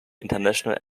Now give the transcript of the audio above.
international